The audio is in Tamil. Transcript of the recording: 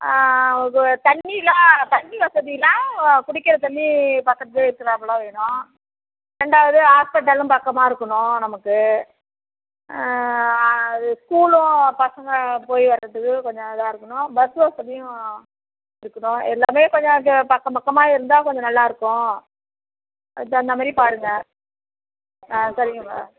ஆ தண்ணிலாம் தண்ணி வசதிலாம் குடிக்கிற தண்ணி பக்கத்திலயே இருக்கிறாப்புல வேணும் ரெண்டாவது ஹாஸ்பிட்டலும் பக்கமாக இருக்குணும் நமக்கு அது ஸ்கூலும் பசங்கள் போய் வர்றதுக்கு கொஞ்சம் இதாக இருக்கணும் பஸ் வசதியும் இருக்கணும் எல்லாம் கொஞ்சம் அங்கே பக்கம் பக்கமாக இருந்தால் கொஞ்சம் நல்லாயிருக்கும் அதுக்கு தகுந்தமாதிரி பாருங்கள் ஆ சரிங்கப்பா